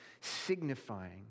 signifying